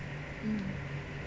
mm